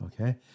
Okay